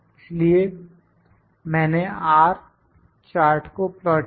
इसलिए मैंने R chart को प्लाट किया